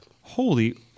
Holy